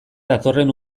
datorren